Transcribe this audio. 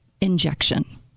injection